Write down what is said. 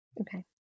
Okay